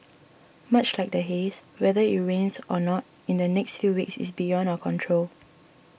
much like the haze whether it rains or not in the next few weeks is beyond our control